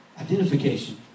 identification